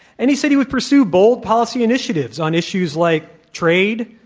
and he said he would pursue bold policy initiatives on issues like trade,